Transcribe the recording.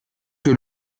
que